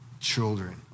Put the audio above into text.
children